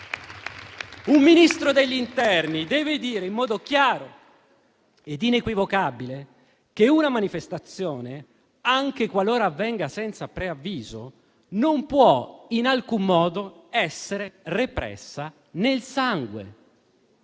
Un ministro dell'interno deve dire in modo chiaro e inequivocabile che una manifestazione, anche qualora avvenga senza preavviso, non può in alcun modo essere repressa nel sangue.